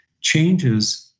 changes